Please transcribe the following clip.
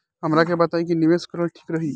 हमरा के बताई की निवेश करल ठीक रही?